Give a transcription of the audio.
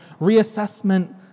reassessment